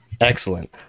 Excellent